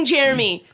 Jeremy